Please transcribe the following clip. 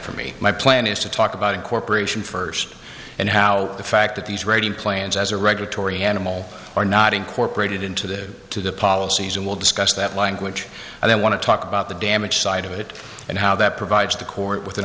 for me my plan is to talk about incorporation first and how the fact that these rating plans as a regulatory animal are not incorporated into the to the policies and we'll discuss that language and then want to talk about the damage side of it and how that provides the court with an